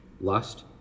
lust